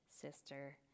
sister